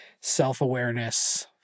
self-awareness